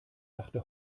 dachte